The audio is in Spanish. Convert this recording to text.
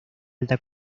alta